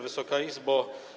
Wysoka Izbo!